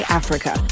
africa